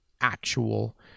actual